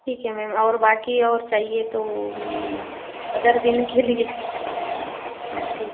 ठीक है मैम और बाक़ी और चाहिए तो अदर दिन के लिए हाँ ठीक है